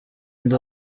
ndi